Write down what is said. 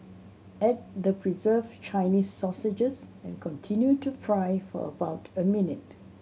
add the preserved Chinese sausage and continue to fry for about a minute